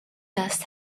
dust